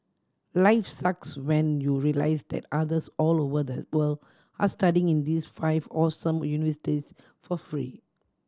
life sucks when you realise that others all over the world are studying in these five awesome universities for free